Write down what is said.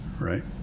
right